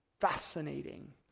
fascinating